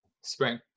Spring